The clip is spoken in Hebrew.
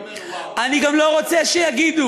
אני גם לא רוצה שיגידו.